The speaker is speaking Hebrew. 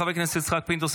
חבר הכנסת יצחק פינדרוס,